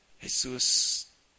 Jesus